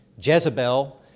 Jezebel